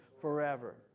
forever